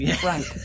Frank